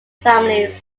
families